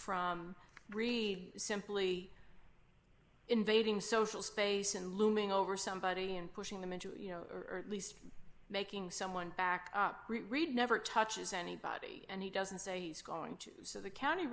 from re simply invading social space and looming over somebody and pushing them into it you know or at least making someone back up read never touches anybody and he doesn't say he's going to the county